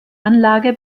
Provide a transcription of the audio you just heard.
anlage